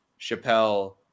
Chappelle